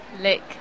Lick